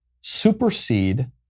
supersede